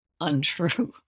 untrue